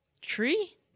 Tree